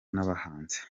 n’abahanzi